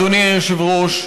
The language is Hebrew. אדוני היושב-ראש,